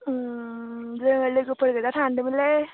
अ जोङो लोगोफोर गोजा सान्दोंमोनलै